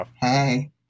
Hey